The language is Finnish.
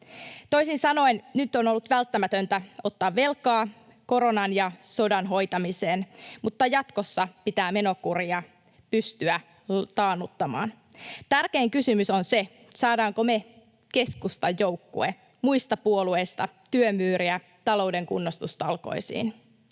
Toisin sanoen nyt on ollut välttämätöntä ottaa velkaa koronan ja sodan hoitamiseen, mutta jatkossa pitää menokuria pystyä taannuttamaan. Tärkein kysymys on se, saadaanko me, keskustan joukkue, muista puolueista työmyyriä talouden kunnostustalkoisiin.